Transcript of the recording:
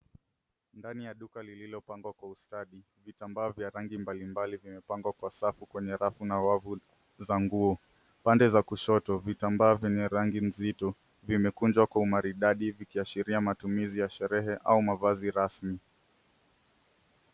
Ndani ya duka lililopangwa kwa ustadi, vitambaa vya rangi mbalimbali vimepangwa kwa safu kwenye rafu na wavu za nguo. Pande za kushoto vitambaa vyenye rangi nzito vimekunjwa kwa umaridadi vikiashiria matumizi ya sherehe au mavazi rasmi.